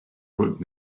wrote